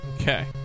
Okay